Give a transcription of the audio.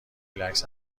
ریلکس